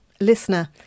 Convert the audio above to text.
Listener